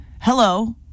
hello